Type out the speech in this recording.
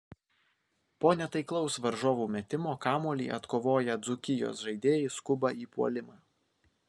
po netaiklaus varžovų metimo kamuolį atkovoję dzūkijos žaidėjai skuba į puolimą